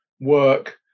work